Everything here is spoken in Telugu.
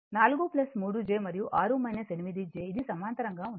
4 j 3 మరియు 6 j8 ఇది సమాంతరంగా ఉన్నాయి